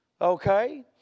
okay